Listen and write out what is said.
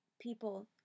people